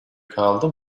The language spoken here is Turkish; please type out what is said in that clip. kaldı